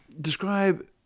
Describe